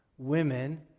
Women